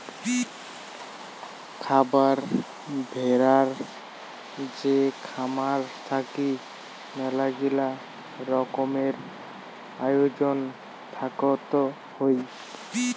খারার ভেড়ার যে খামার থাকি মেলাগিলা রকমের আয়োজন থাকত হই